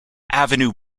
avenue